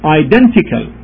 identical